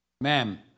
Ma'am